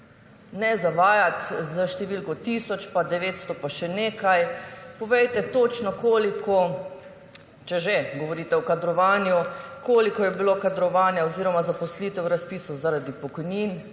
Ne zavajati s številko tisoč pa 900 pa še nekaj. Povejte točno, če že govorite o kadrovanju, koliko je bilo kadrovanja oziroma zaposlitev v razpisu zaradi upokojitev